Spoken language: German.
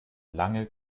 lange